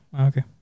okay